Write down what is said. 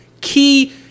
key